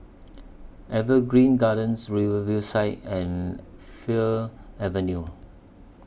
Evergreen Gardens Riverview Side and Fir Avenue